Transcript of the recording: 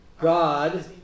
God